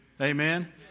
Amen